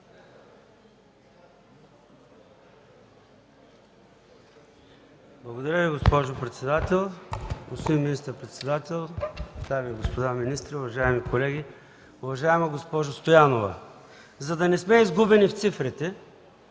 Благодаря Ви, госпожо председател. Господин министър-председател, дами и господа министри, уважаеми колеги! Уважаема госпожо Стоянова, за да не сме изгубени в цифрите